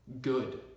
good